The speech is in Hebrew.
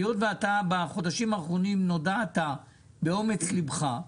היות ובחודשים האחרונים נודעת באומץ ליבך,